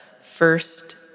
First